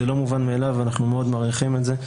זה לא מובן מאליו, ואנחנו מאוד מעריכים את זה.